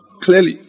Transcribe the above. Clearly